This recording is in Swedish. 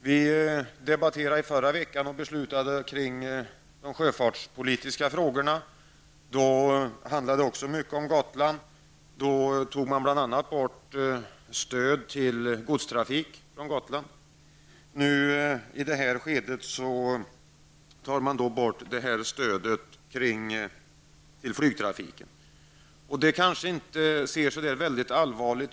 När vi förra veckan debatterade och beslutade om de sjöfartspolitiska frågorna, handlade det också mycket om Gotland. Då tog man bl.a. bort stöd till godstrafik från Gotland. I det här skedet tar man bort stödet till flygtrafiken. Varje deli sig kanske inte verkar vara så allvarlig.